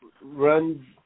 runs